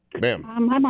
Ma'am